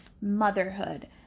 motherhood